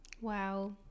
wow